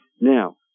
Now